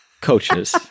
coaches